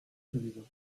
président